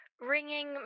Ringing